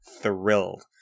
thrilled